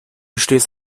stehst